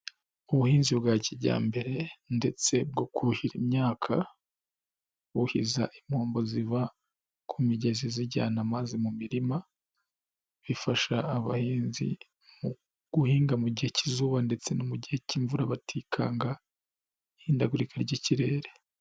Ubuhinzi bwa kijyambere ndetse bwo kuhira imyaka, buhiza impombo ziva ku migezi zijyana amazi mu mirima, bifasha abahinzi mu guhinga mu gihe k'izuba ndetse no mu gihe k'imvura batikanga ihindagurika ry'ikirere.